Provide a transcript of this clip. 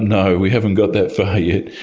no, we haven't got that far yet.